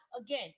again